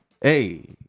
Hey